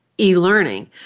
e-learning